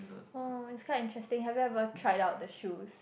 oh it's quite interesting have you ever tried out the shoes